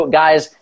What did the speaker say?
guys